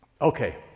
Okay